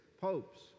popes